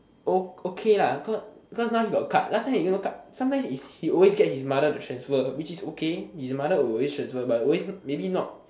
oh okay lah cause cause now he got card cause last time he no card sometimes is he always get his mother to transfer which is okay his mother will always transfer but always maybe not